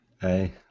Hey